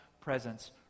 presence